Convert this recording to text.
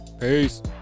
Peace